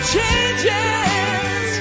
Changes